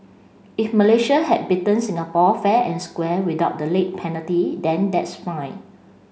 if Malaysia had beaten Singapore fair and square without the late penalty then that's fine